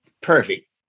perfect